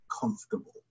comfortable